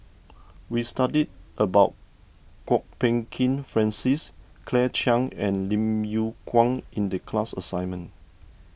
we studied about Kwok Peng Kin Francis Claire Chiang and Lim Yew Kuan in the class assignment